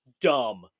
Dumb